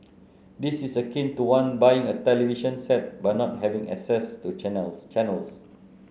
this is akin to one buying a television set but not having access to channels channels